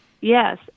yes